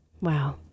Wow